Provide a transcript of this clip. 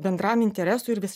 bendram interesui ir vis